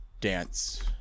dance